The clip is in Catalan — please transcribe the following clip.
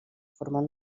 formant